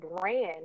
brand